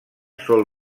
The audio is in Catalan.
sol